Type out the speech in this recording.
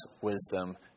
wisdom